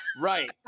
Right